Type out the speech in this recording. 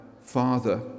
Father